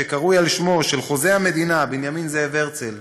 שקרוי על שמו של חוזה המדינה בנימין זאב הרצל,